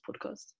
podcast